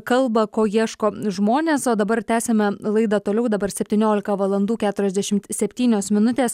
kalba ko ieško žmonės o dabar tęsiame laidą toliau dabar septyniolika valandų keturiasdešimt septynios minutės